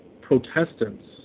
Protestants